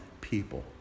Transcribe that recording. people